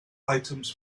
items